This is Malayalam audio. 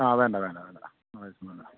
ആ വേണ്ട വേണ്ട വേണ്ട